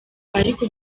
ariko